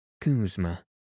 Kuzma